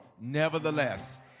Nevertheless